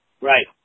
Right